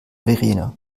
verena